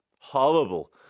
horrible